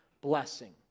blessing